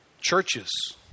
Churches